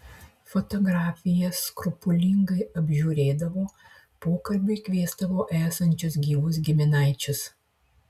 fotografijas skrupulingai apžiūrėdavo pokalbiui kviesdavo esančius gyvus giminaičius